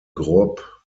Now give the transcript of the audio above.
grob